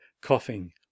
coughing